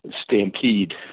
Stampede